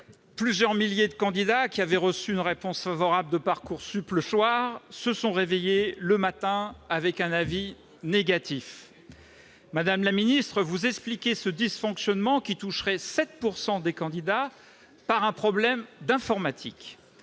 Plusieurs milliers de candidats qui avaient reçu une réponse favorable de Parcoursup le soir se sont réveillés avec un avis négatif le matin ... Madame la ministre, vous expliquez ce dysfonctionnement, qui toucherait 7 % des candidats, par un problème informatique.